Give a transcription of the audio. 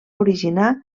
originar